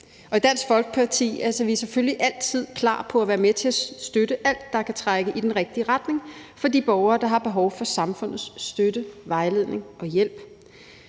I Dansk Folkeparti er vi selvfølgelig altid klar på at være med til at støtte alt, der kan trække i den rigtige retning for de borgere, der har behov for samfundets støtte, vejledning og hjælp.